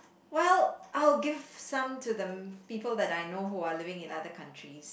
well I'll give some to the people that I know who are living in other countries